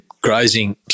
grazing